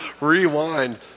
Rewind